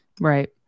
Right